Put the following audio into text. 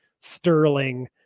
sterling